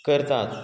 करतात